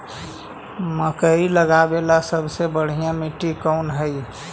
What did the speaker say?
मकई लगावेला सबसे बढ़िया मिट्टी कौन हैइ?